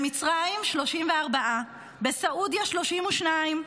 במצרים, 34, בסעודיה, 32,